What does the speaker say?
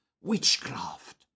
witchcraft